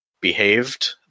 behaved